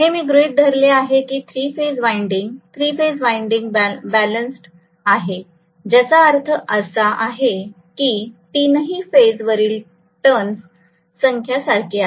मी हे गृहीत धरले आहे की थ्री फेज वाइंडिंग बॅलेन्सड आहे ज्याचा अर्थ असा आहे की तीनही फेजवरील टर्न्स संख्या सारखी आहे